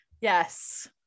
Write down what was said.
Yes